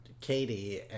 katie